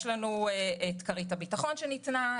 יש לנו את כרית הביטחון שניתנה,